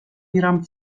میرم